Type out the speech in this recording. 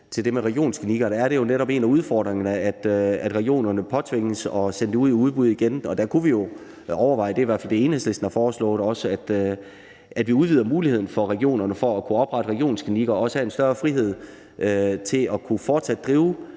til det med regionsklinikker er det jo netop en af udfordringerne, at regionerne påtvinges at sende det ud i udbud igen. Der kunne vi jo overveje – det er i hvert fald det, Enhedslisten har foreslået – at vi udvider muligheden for regionerne for at kunne oprette regionsklinikker og også have en større frihed til fortsat at